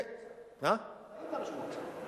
אתה היית ראש מועצה.